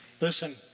Listen